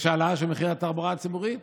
יש העלאה של מחיר התחבורה הציבורית,